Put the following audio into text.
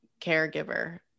caregiver